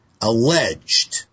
alleged